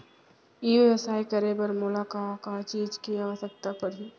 ई व्यवसाय करे बर मोला का का चीज के आवश्यकता परही?